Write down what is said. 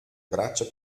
braccia